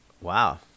Wow